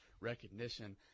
recognition